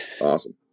awesome